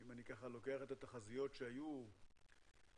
זו התחזית שהייתה